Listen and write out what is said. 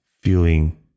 feeling